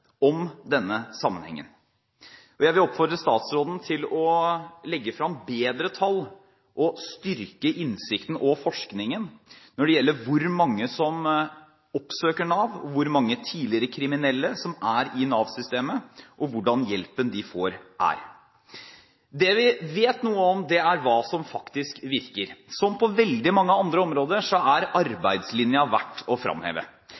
om denne sammenhengen. Jeg vil oppfordre statsråden til å legge fram bedre tall og styrke innsikten og forskningen når det gjelder hvor mange som oppsøker Nav, hvor mange tidligere kriminelle som er i Nav-systemet, og hvordan hjelpen de får, er. Det vi vet noe om, er hva som faktisk virker. Som på veldig mange andre områder er arbeidslinjen verdt å framheve.